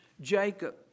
Jacob